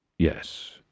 Yes